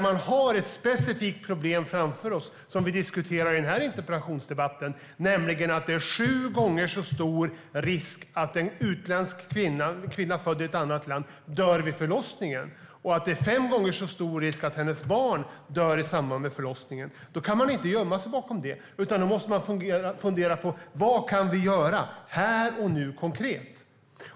Vi har ett specifikt problem framför oss som vi diskuterar i den här interpellationsdebatten, nämligen att det är sju gånger så stor risk att en kvinna född i ett annat land dör vid förlossningen. Det är också fem gånger så stor risk att hennes barn dör i samband med förlossningen. Man kan inte gömma sig, utan man måste fundera på vad vi kan göra här och nu - konkret.